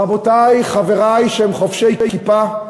רבותי, חברי שהם חובשי כיפה,